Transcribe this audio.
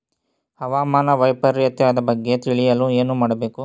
ಹವಾಮಾನ ವೈಪರಿತ್ಯದ ಬಗ್ಗೆ ತಿಳಿಯಲು ಏನು ಮಾಡಬೇಕು?